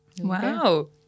wow